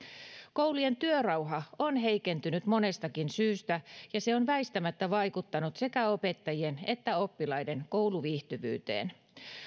koulujen työrauha on heikentynyt monestakin syystä ja se on väistämättä vaikuttanut sekä opettajien että oppilaiden kouluviihtyvyyteen